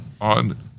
on